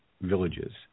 villages